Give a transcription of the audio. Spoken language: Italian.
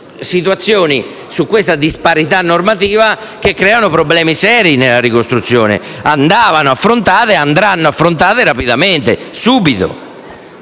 relative a questa disparità normativa, che creano problemi seri nella ricostruzione, che andavano affrontate e andranno affrontate rapidamente e